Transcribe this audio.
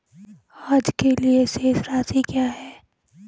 आज के लिए शेष राशि क्या है?